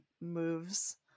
moves